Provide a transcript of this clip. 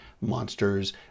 monsters